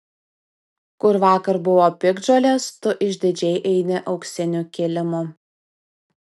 kur vakar buvo piktžolės tu išdidžiai eini auksiniu kilimu